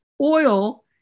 oil